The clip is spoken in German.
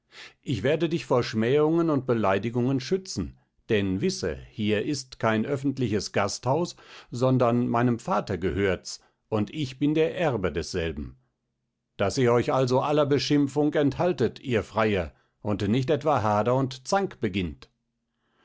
ich werde dich vor schmähungen und beleidigungen schützen denn wisse hier ist kein öffentliches gasthaus sondern meinem vater gehört's und ich bin der erbe desselben daß ihr euch also aller beschimpfung enthaltet ihr freier und nicht etwa hader und zank beginnt